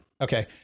Okay